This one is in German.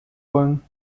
wollen